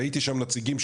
ראיתי שם נציגים,